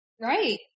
Right